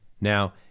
now